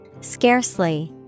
Scarcely